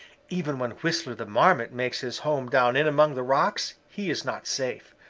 even when whistler the marmot makes his home down in among the rocks, he is not safe.